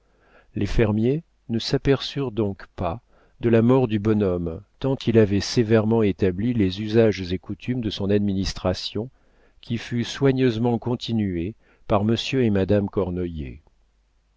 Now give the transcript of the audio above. les fermiers ne s'aperçurent donc pas de la mort du bonhomme tant il avait sévèrement établi les usages et coutumes de son administration qui fut soigneusement continuée par monsieur et madame cornoiller